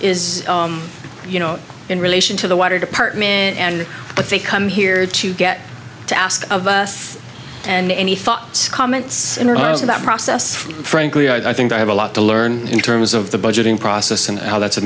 is you know in relation to the water department and but they come here to get to ask of us and any thoughts comments about process frankly i think i have a lot to learn in terms of the budgeting process and how that's a